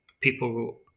people